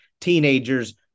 teenagers